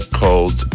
called